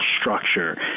structure